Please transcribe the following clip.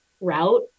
route